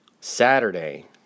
Saturday